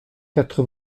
quatre